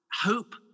hope